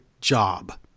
job